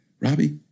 Robbie